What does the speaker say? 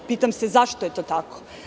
Pitam se zašto je to tako?